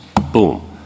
Boom